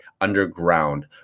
underground